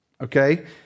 Okay